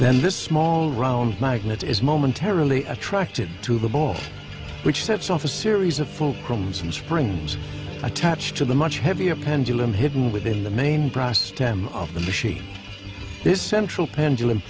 then this small round magnet is momentarily attracted to the ball which sets off a series of fulcrum springs attached to the much heavier pendulum hidden within the main brass stem of the machine this central pendulum